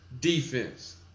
defense